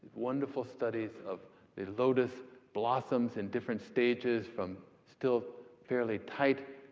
wonderful studies of the lotus blossoms in different stages, from still fairly tight,